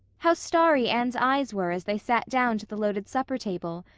how starry anne's eyes were as they sat down to the loaded supper table,